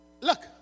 look